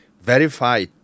verify